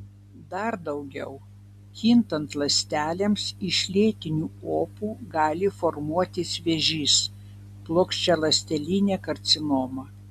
dar daugiau kintant ląstelėms iš lėtinių opų gali formuotis vėžys plokščialąstelinė karcinoma